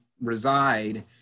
reside